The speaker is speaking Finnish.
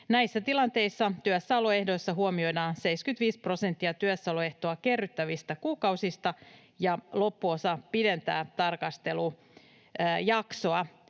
Näissä tilanteissa työssäoloehdoissa huomioidaan 75 prosenttia työssäoloehtoa kerryttävistä kuukausista ja loppuosa pidentää tarkastelujaksoa.